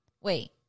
Wait